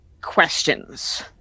questions